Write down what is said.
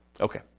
Okay